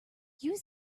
use